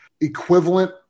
equivalent